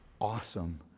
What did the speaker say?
awesome